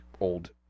old